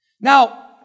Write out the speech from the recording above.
Now